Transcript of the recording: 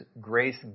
grace